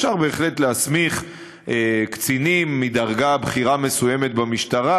אפשר בהחלט להסמיך קצינים מדרגה בכירה מסוימת במשטרה,